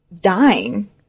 dying